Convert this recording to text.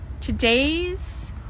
today's